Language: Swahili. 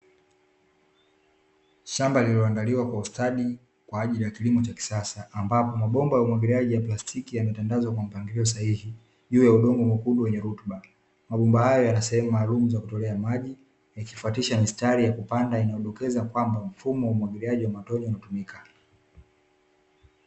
Shamba lililoandaliwa kwa ustadi kwa ajili ya kilimo cha kisasa, ambapo mabomba ya umwagiliaji ya plastiki yametandazwa kwa mpangilio sahihi juu ya udongo mwekundu wenye rutuba. Mabomba hayo yana sehemu maalumu za kutolea maji, yakifuatisha mistari ya kupanda inayodokeza kwamba mfumo wa umwagiliaji wa matone hutumika.